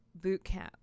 Bootcamp